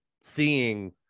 seeing